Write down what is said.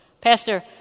Pastor